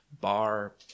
bar